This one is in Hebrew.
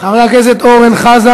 חבר הכנסת ג'בארין עכשיו